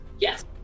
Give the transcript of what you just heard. Yes